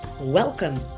Welcome